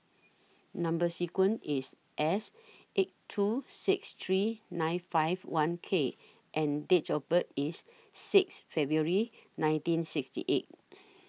Number sequence IS S eight two six three nine five one K and Date of birth IS six February nineteen sixty eight